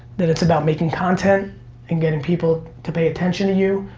then it's about making content and getting people to pay attention to you.